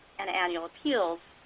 and annual appeals,